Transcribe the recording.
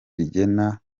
rigena